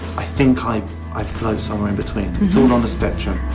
i think like i float somewhere in between. it's all on the spectrum